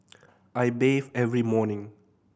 I bathe every morning